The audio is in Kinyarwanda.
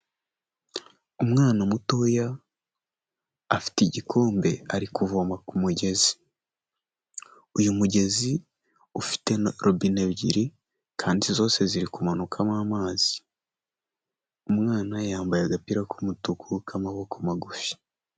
Umwana mutoya, afite igikombe ari kuvoma ku mugezi. Uyu mugezi ufite robine ebyiri kandi zose ziri kumanukamo amazi. Umwana yambaye agapira k'umutuku k'amaboko magufi.